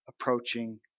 approaching